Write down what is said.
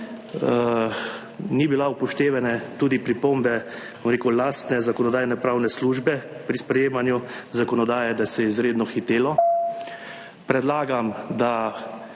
ni bila upoštevane tudi pripombe, bom rekel, lastne Zakonodajno-pravne službe pri sprejemanju zakonodaje, da se je izredno hitelo. Predlagam, da